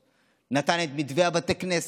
נתן את מתווה הקפסולות בישיבות,